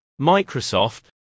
Microsoft